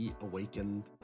awakened